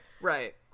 Right